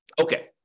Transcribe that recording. Okay